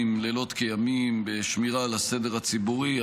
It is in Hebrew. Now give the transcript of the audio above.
לילות כימים בשמירה על הסדר הציבורי,